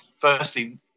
Firstly